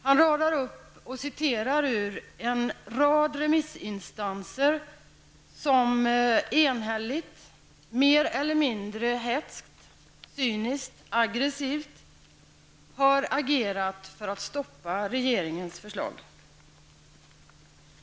Han radar upp och citerar en rad remissinstanser som enhälligt, mer eller mindre hätskt, cyniskt och aggressivt har agerat för att stoppa regeringens förslag.